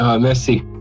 merci